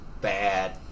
Bad